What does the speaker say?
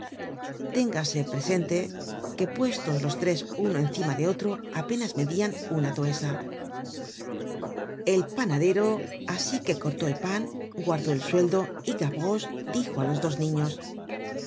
téngase presente que puestos los tres uno encima de otro apenas medían una toesa el panadero asi que cortó el pan guardó el sueldo y gavroche dijo á los dos niños